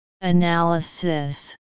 Analysis